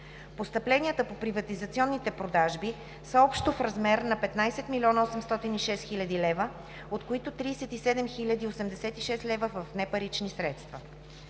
Постъпленията по приватизационните продажби са общо в размер на 15 806 хил. лв., от които 37,86 хил. лв. в непарични средства.